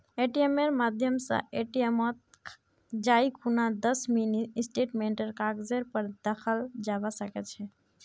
एटीएमेर माध्यम स एटीएमत जाई खूना दस मिनी स्टेटमेंटेर कागजेर पर दखाल जाबा सके छे